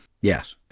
Yes